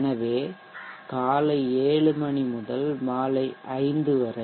எனவே காலை 7 மணி முதல் மாலை 5 மணி வரை